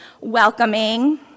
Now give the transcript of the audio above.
welcoming